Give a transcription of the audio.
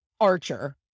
Archer